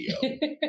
video